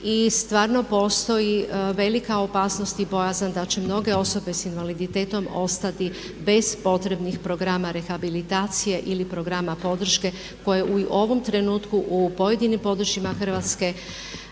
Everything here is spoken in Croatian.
stvarno postoji velika opasnost i bojazan da će mnoge osobe s invaliditetom ostati bez potrebnih programa rehabilitacije ili programa podrške koje u ovom trenutku u pojedinim područjima Hrvatske